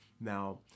Now